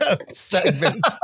segment